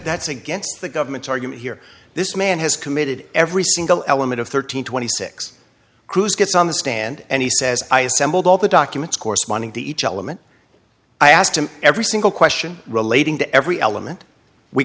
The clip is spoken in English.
that's against the government's argument here this man has committed every single element of thirteen twenty six crews gets on the stand and he says i assembled all the documents corresponding to each element i asked him every single question relating to every element we